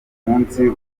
munsi